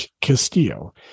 Castillo